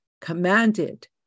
commanded